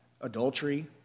adultery